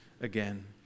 again